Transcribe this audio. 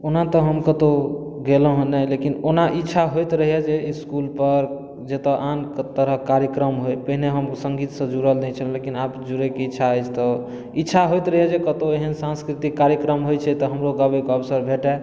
ओना तऽ हम कतहुँ गेलहुँ हँ नहि लेकिन ओना इच्छा होइत रहैए जे इसकुल पर जतऽ आन तरहक कार्यक्रम होइए पहिने हम सङ्गीतसँ जुड़ल नहि छलहुँ लेकिन आब जुड़ैके इच्छा अछि तऽ इच्छा होइत रहैए जे कतहुँ एहन सान्स्कृतिक कार्यक्रम होइत छै तऽ हमरो गबै कऽ अवसर भेटै